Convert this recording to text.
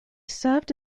served